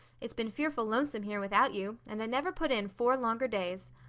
it's been fearful lonesome here without you, and i never put in four longer days.